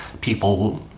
people